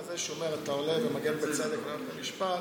הזה שאתה אומר: אתה עולה ומגן בצדק על מערכת המשפט,